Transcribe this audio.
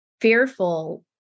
fearful